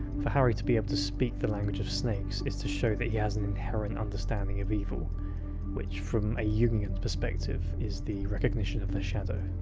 for harry to be able to speak the language of snakes is to show that he has an inherent understanding of evil which from a yeah jungian perspective is the recognition of the shadow.